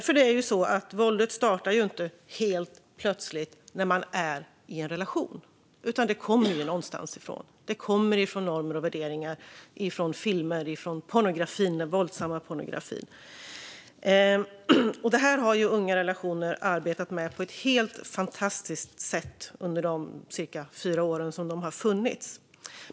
För våldet startar inte helt plötsligt när man är i en relation, utan det kommer någonstans ifrån. Det kommer från normer och värderingar, från filmer och från pornografin, den våldsamma pornografin. Detta har Ungarelationer.se arbetat med på ett helt fantastiskt sätt under de cirka fyra år som de har funnits.